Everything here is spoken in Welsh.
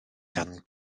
gan